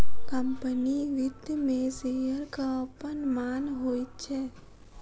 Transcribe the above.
company वित्त मे शेयरक अपन मान होइत छै